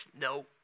No